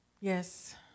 Yes